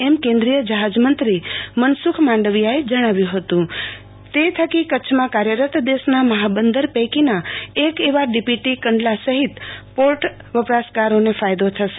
એમ કેન્દ્રીય જહાજમંત્રી મનસૂખ માંડવીઆએ જણાવ્યું હતું તે થકી કચ્છમાં કાર્યરત દેશના મહાબંદર પૈકીના એક એવા ડીપોટો કંડલા સહિત પોટ વપરાશકારોને ફાયદો થશે